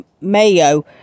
Mayo